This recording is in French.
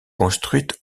construite